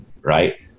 right